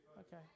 okay